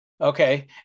Okay